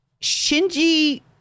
Shinji